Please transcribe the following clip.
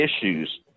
issues